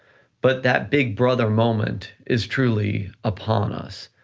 but that big brother moment is truly upon us.